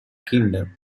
kingdom